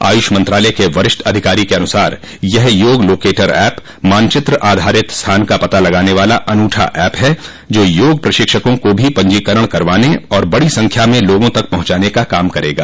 आयुष मंत्रालय के वरिष्ठ अधिकारी के अनुसार यह योग लोकेटर ऐप मानचित्र आधारित स्थान का पता लगाने वाला अनूठा ऐप है जो योग प्रशिक्षकों को भी पंजीकरण करवाने और बड़ी संख्या में लोगों तक पहुंचाने का काम करेगा